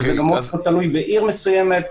זה גם מאוד תלוי בעיר מסוימת,